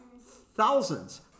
Thousands